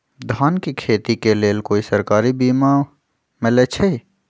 धान के खेती के लेल कोइ सरकारी बीमा मलैछई?